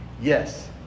Yes